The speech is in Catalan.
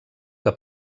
que